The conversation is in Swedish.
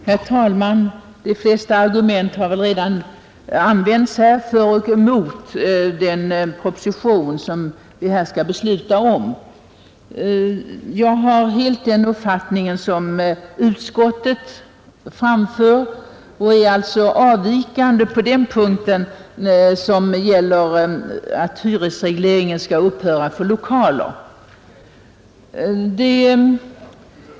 Herr talman! De flesta argument har väl redan använts här för och emot den proposition som vi skall besluta om. Jag har helt den uppfattning som utskottet framför och har alltså avvikande mening i förhållande till propositionen på den punkt som gäller hyresregleringens upphörande för lokaler.